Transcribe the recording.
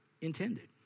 intended